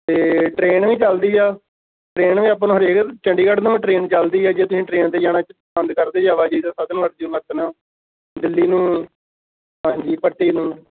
ਅਤੇ ਟ੍ਰੇਨ ਵੀ ਚੱਲਦੀ ਆ ਟ੍ਰੇਨ ਵੀ ਆਪਾਂ ਨੂੰ ਹਰੇਕ ਚੰਡੀਗੜ੍ਹ ਨੂੰ ਟ੍ਰੇਨ ਚੱਲਦੀ ਹੈ ਜੇ ਤੁਸੀਂ ਟ੍ਰੇਨ 'ਤੇ ਜਾਣਾ ਪਸੰਦ ਕਰਦੇ ਆਵਾਜਾਈ ਦਾ ਸਾਧਨ ਦਿੱਲੀ ਨੂੰ ਹਾਂਜੀ ਭੱਟੀ ਨੂੰ